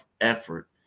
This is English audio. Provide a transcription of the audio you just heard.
effort